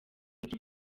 ibyo